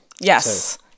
Yes